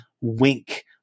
wink